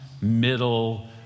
middle